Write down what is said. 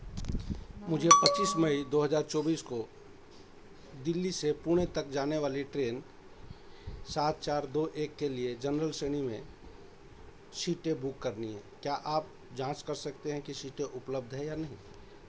मुझे पच्चीस मई दो हज़ार चौबीस को दिल्ली से पुणे तक जाने वाली ट्रेन सात चार दो एक के लिए जनरल श्रेणी में सीटें बुक करनी है क्या आप जाँच कर सकते हैं कि सीटें उपलब्ध हैं या नहीं